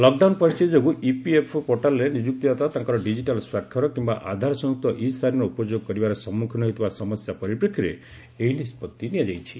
lockdown ପରିସ୍ଥିତି ଯୋଗୁଁ EPFO ପୋର୍ଟାଲରେ ନିଯୁକ୍ତିଦାତା ତାଙ୍କର ଡିଜିଟାଲ୍ ସ୍ୱାକ୍ଷର କିମ୍ବା ଆଧାର ସଂଯୁକ୍ତ ଇ ସାଇନ୍ର ଉପଯୋଗ କରିବାରେ ସମ୍ମୁଖୀନ ହେଉଥିବା ସମସ୍ୟା ପରିପ୍ରେକ୍ଷୀରେ ଏହି ନିଷ୍ପଭି ନିଆଯାଇଛି